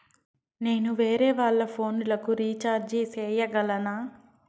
నేను వేరేవాళ్ల ఫోను లకు రీచార్జి సేయగలనా?